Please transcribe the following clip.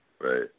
Right